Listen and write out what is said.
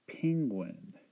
Penguin